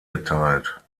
geteilt